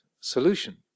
solution